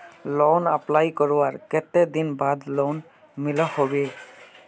Loan apply करवार कते दिन बाद लोन मिलोहो होबे?